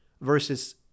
versus